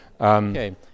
Okay